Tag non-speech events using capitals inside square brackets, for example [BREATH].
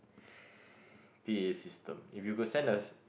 [BREATH] P_A system if you could send the